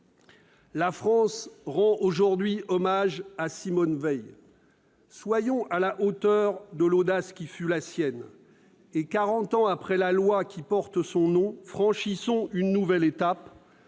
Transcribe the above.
La France rend aujourd'hui hommage à Simone Veil. Soyons à la hauteur de l'audace qui fut la sienne et, quarante ans après la loi qui porte son nom, franchissons une nouvelle étape.